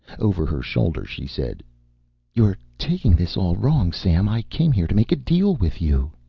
over her shoulder, she said you're taking this all wrong, sam. i came here to make a deal with you.